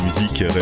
musique